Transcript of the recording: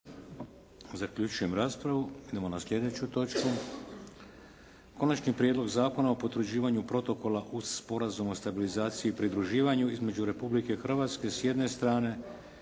Vladimir (HDZ)** Idemo na sljedeću točku –- Prijedlog Zakona o potvrđivanju protokola uz Sporazum o stabilizaciji i pridruživanju između Republike Hrvatske, s jedne strane